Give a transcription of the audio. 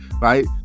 right